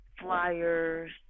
flyers